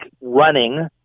running